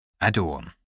Adorn